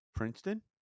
princeton